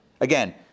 again